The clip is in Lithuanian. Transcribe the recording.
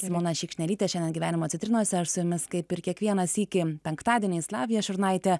simona šikšnelytė šiandien gyvenimo citrinose aš su jumis kaip ir kiekvieną sykį penktadieniais lavija šurnaitė